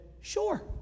sure